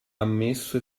ammesso